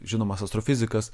žinomas astrofizikas